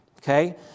okay